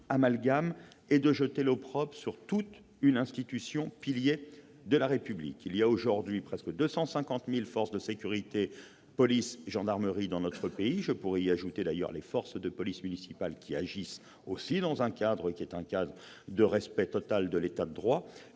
et de jeter l'opprobre sur toute une institution, pilier de la République. Il y a aujourd'hui près de 250 000 membres des forces de sécurité- police et gendarmerie -dans notre pays ; je pourrais y ajouter les effectifs de police municipale, qui agissent également dans le respect total de l'État de droit.